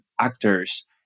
actors